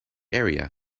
area